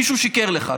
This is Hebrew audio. מישהו שיקר לך.